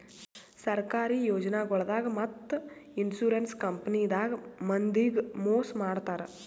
ಸರ್ಕಾರಿ ಯೋಜನಾಗೊಳ್ದಾಗ್ ಮತ್ತ್ ಇನ್ಶೂರೆನ್ಸ್ ಕಂಪನಿದಾಗ್ ಮಂದಿಗ್ ಮೋಸ್ ಮಾಡ್ತರ್